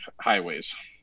highways